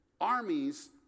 armies